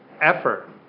effort